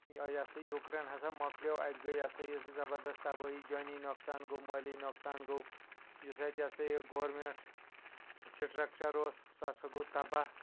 یِہَے ہَسا یُکرین ہَسا مۅکلٮ۪وو اَتہِ گٔے یا سا یہِ زَبردَس تَبٲہی جاٍنی نۅقصان گوٚو مٲلی نۅقصان گوٚو یُس اَتہِ یا سا یہِ گورمِنٛٹ سِٹرکچر اوس سُہ ہَسا گوٚو تباہ